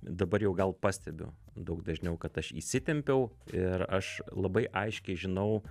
dabar jau gal pastebiu daug dažniau kad aš įsitempiau ir aš labai aiškiai žinau